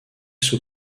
sous